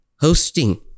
hosting